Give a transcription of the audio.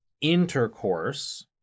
intercourse